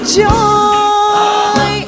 joy